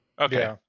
Okay